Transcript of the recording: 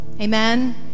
Amen